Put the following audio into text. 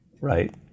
right